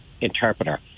interpreter